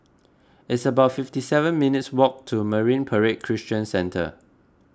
it's about fifty seven minutes' walk to Marine Parade Christian Centre